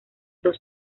dos